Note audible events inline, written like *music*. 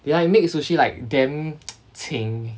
they like make sushi until like damn *noise* qing